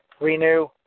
renew